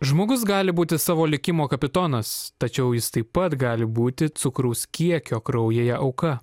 žmogus gali būti savo likimo kapitonas tačiau jis taip pat gali būti cukraus kiekio kraujyje auka